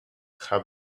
have